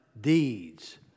deeds